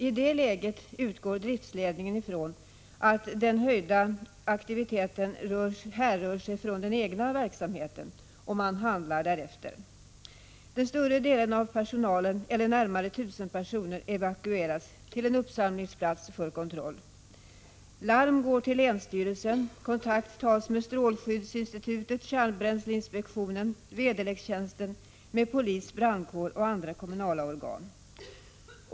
I det läget utgår driftsledningen ifrån att den höjda radioaktiviteten härrör från den egna verksamheten, och man handlar därefter. Större delen av personalen, eller närmare 1 000 personer, evakueras till en uppsamlingsplats för kontroll. Larm går till länsstyrelsen, kontakt tas med strålskyddsinstitutet, kärnbränsleinspektionen, väderlekstjänsten, polisen, brandkåren och andra kommunala organ.